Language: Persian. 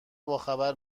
باخبر